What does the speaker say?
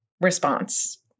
response